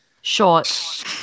Short